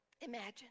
Imagine